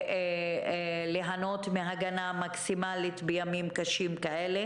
וליהנות מהגנה מקסימלית בימים קשים כאלה.